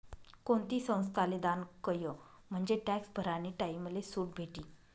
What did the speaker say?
कोणती संस्थाले दान कयं म्हंजे टॅक्स भरानी टाईमले सुट भेटी